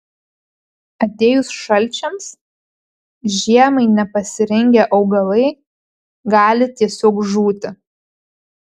atėjus šalčiams žiemai nepasirengę augalai gali tiesiog žūti